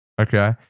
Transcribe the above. okay